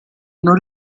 non